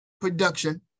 production